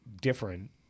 different